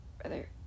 brother